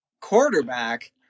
quarterback